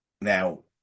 Now